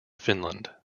finland